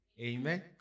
amen